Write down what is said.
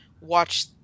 watch